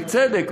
בצדק,